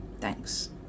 Thanks